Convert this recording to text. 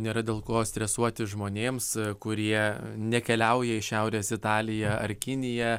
nėra dėl ko stresuoti žmonėms kurie nekeliauja į šiaurės italiją ar kiniją